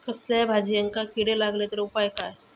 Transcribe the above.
कसल्याय भाजायेंका किडे लागले तर उपाय काय?